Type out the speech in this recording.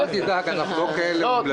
אל תדאג, אנחנו לא כאלה אומללים.